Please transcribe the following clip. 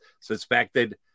suspected